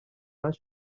همش